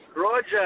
Roger